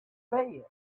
bed